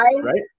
right